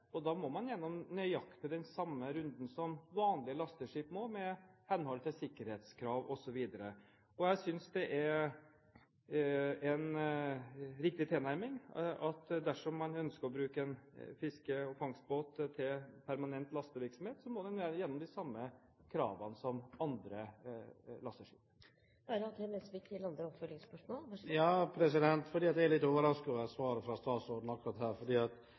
Da må man gjennom nøyaktig den samme runden som vanlige lasteskip må, i henhold til sikkerhetskrav osv. Jeg synes det er en riktig tilnærming at dersom man ønsker å bruke en fiske- og fangstbåt til permanent lastevirksomhet, må man gjennom de samme kravene som andre lasteskip. Jeg er litt overrasket over svaret til statsråden akkurat her. Hvis man har en snurper, er den godkjent for å frakte egen fisk. I en del situasjoner får man så stort kast at